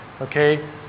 Okay